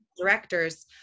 directors